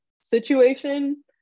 situation